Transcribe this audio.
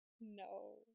No